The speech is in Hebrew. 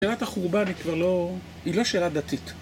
שאלת החורבן היא כבר לא, היא לא שאלה דתית.